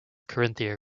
carinthia